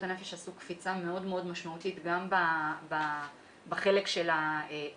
הנפש עשו קפיצה מאוד מאוד משמעותית גם בחלק של ההבנה.